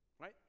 right